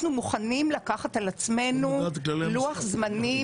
אנחנו מוכנים לקחת על עצמנו לוח זמנים